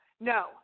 no